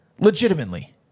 legitimately